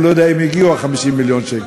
ולא יודע אם הגיעו 50 מיליון שקל.